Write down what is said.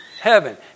heaven